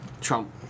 Trump